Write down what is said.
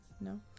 No